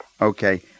Okay